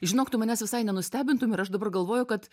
žinok tu manęs visai nenustebintum ir aš dabar galvoju kad